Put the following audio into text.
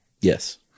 Yes